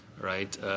right